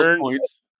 points